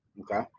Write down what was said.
Okay